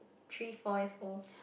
three four years old